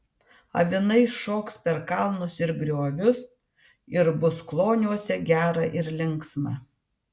avinai šoks per kalnus ir griovius ir bus kloniuose gera ir linksma